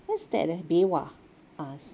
what's that eh dewa ah